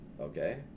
Okay